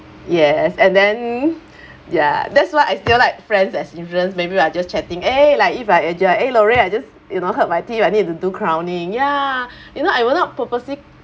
yes and then ya that's why I still like friends as influence maybe I just chatting eh like if I enjoy eh lorraine I just you know hurt my teeth I need to do crowning ya you know I will not purposely